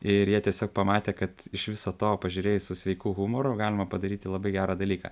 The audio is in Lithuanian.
ir jie tiesiog pamatė kad iš viso to pažiūrėjus su sveiku humoru galima padaryti labai gerą dalyką